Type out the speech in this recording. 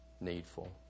needful